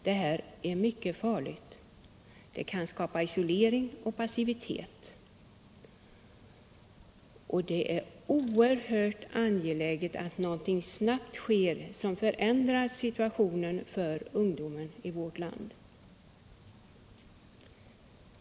Det här är mycket farligt. Det kan skapa isolering och passivitet. Och det är oerhört angeläget att någonting sker snabbt som förändrar situationen för ungdomen i vårt land.